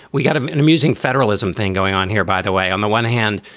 we got an amusing federalism thing going on here, by the way. on the one hand,